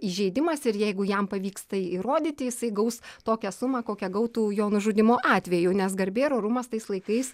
įžeidimas ir jeigu jam pavyks tai įrodyti jisai gaus tokią sumą kokią gautų jo nužudymo atveju nes garbė ir orumas tais laikais